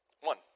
One